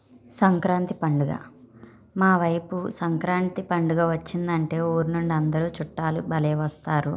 సంక్రాంతి పండుగ మా వైపు సంక్రాంతి పండగ వచ్చిందంటే ఊరినుండి అందరూ చుట్టాలు భలే వస్తారు